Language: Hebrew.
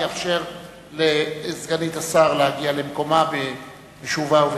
אאפשר לסגנית השר להגיע למקומה בנחת.